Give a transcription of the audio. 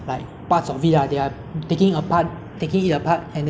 so it's like uh a fusion like that lah like the old and the new station will fuse together